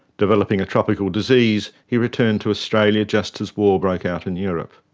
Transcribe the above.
developing a tropical disease, he returned to australia just as war broke out in europe.